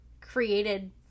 created